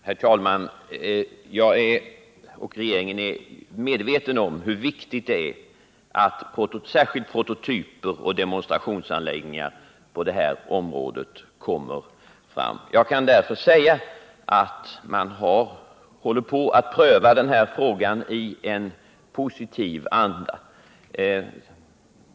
Herr talman! Jag och regeringen är medvetna om hur viktigt det är att särskilt prototyper och demonstrationsanläggningar på det här området kommer fram. Jag kan därför säga att vi prövar den här frågan i positiv anda.